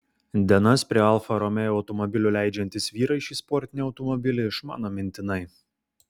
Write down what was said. dienas prie alfa romeo automobilių leidžiantys vyrai šį sportinį automobilį išmano mintinai